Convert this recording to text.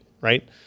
right